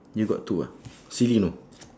you got two ah silly you know